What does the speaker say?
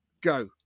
go